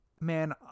man